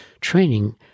training